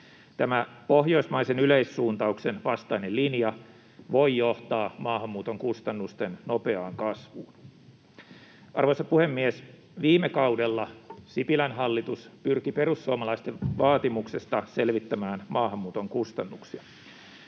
Tämä pohjoismaisen yleissuuntauksen vastainen linja voi johtaa maahanmuuton kustannusten nopeaan kasvuun. Arvoisa puhemies! Viime kaudella Sipilän hallitus pyrki perussuomalaisten vaatimuksesta selvittämään maahanmuuton kustannuksia.